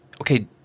okay